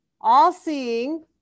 all-seeing